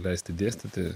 leisti dėstyti